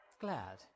glad